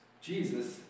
Jesus